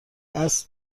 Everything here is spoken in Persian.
عصر